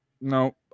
no